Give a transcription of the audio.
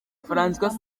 françois